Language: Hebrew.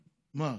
מה,